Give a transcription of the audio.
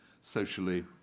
socially